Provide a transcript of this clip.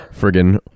friggin